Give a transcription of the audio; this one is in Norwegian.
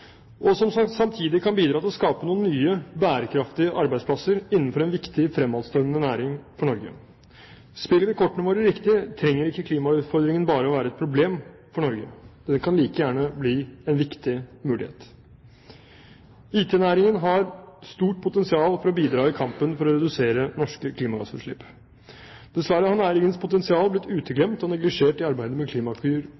og som samtidig kan bidra til å skape nye bærekraftige arbeidsplasser innenfor en viktig fremadstormende næring for Norge. Spiller vi kortene våre riktig, trenger ikke klimautfordringen bare å være et problem for Norge; den kan like gjerne bli en viktig mulighet. IT-næringen har stort potensial for å bidra i kampen for å redusere norske klimagassutslipp. Dessverre har næringens potensial blitt